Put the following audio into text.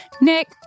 Nick